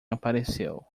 apareceu